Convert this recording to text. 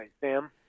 Sam